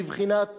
בבחינת